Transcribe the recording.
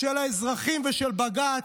של האזרחים ושל בג"ץ.